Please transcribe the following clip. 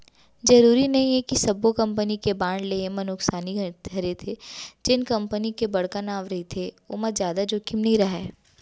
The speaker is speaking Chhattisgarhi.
जरूरी नइये कि सब्बो कंपनी के बांड लेहे म नुकसानी हरेथे, जेन कंपनी के बड़का नांव रहिथे ओमा जादा जोखिम नइ राहय